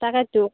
তাকেইটো